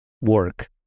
work